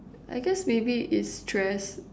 I guess maybe is stress